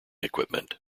equipment